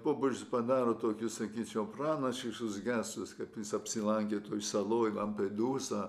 popiežius padaro tokius sakyčiau pranašiškus gesus kad jis apsilankė toje saloj lampedūza